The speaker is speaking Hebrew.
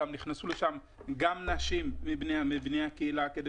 גם נכנסו לשם נשים מבני הקהילה כדי